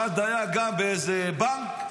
אחד היה גם באיזה בנק.